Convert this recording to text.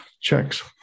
checks